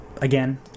Again